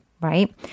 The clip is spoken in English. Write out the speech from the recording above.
right